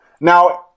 Now